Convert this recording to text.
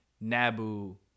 Nabu